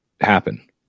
happen